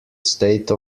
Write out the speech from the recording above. state